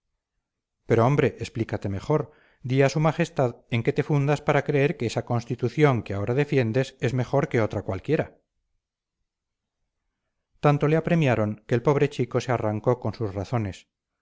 pero hombre explícate mejor di a su majestad en qué te fundas para creer que esa constitución que ahora defiendes es mejor que otra cualquiera tanto le apremiaron que el pobre chico se arrancó con sus razones